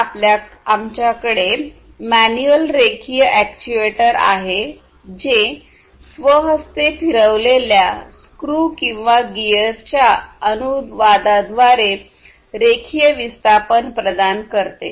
मग आमच्याकडे मॅन्युअल रेखीय अॅक्ट्यूएटर आहे जे स्वहस्ते फिरवलेल्या स्क्रू किंवा गीअर्सच्या अनुवादाद्वारे रेखीय विस्थापन प्रदान करते